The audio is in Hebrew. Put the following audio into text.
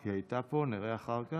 היא הייתה פה, נראה אחר כך,